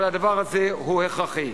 אבל הדבר הזה הוא הכרחי.